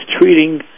treating